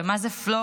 ומה זה פלורה,